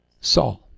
saul